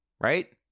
Right